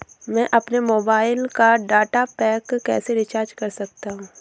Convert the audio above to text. मैं अपने मोबाइल का डाटा पैक कैसे रीचार्ज कर सकता हूँ?